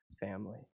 family